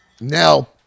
now